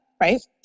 right